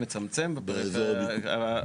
ומצמצם בפריפריה חברתית כלכלית חברתית.